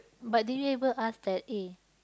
but do you able to ask that eh